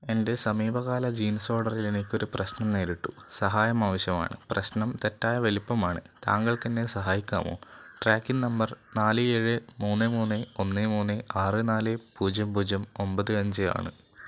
എൻ്റെ സമീപകാല ജീൻസ് ഓർഡറിൽ എനിക്ക് ഒരു പ്രശ്നം നേരിട്ടു സഹായം ആവശ്യമാണ് പ്രശ്നം തെറ്റായ വലിപ്പമാണ് താങ്കൾക്ക് എന്നെ സഹായിക്കാമോ ട്രാക്കിംഗ് നമ്പർ നാല് ഏഴ് മൂന്ന് മൂന്ന് ഒന്ന് മൂന്ന് ആറ് നാല് പൂജ്യം പൂജ്യം ഒമ്പത് അഞ്ച് ആണ്